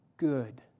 Good